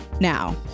Now